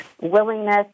willingness